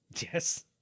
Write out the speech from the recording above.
yes